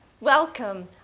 welcome